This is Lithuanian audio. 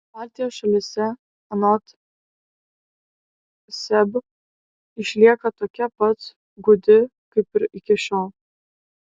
baltijos šalyse anot seb išlieka tokia pat gūdi kaip ir iki šiol